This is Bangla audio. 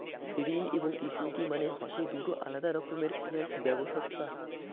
ঋণ এবং ইকুইটি মানে হসে দুটো আলাদা রকমের ফিনান্স ব্যবছস্থা